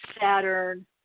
Saturn